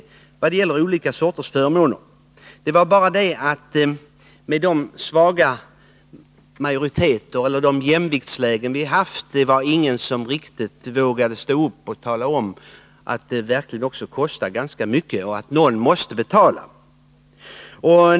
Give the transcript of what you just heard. Men med de svaga majoriteter eller de jämviktslägen som vi haft i våra regeringar har ingen riktigt velat stå upp och tala om, att de här förmånerna verkligen också kostar ganska mycket och att någon måste betala för dem.